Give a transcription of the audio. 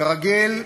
כרגיל,